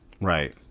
right